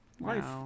life